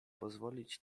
pozwolić